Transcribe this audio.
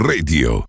Radio